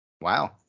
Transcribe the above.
Wow